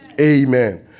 Amen